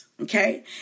Okay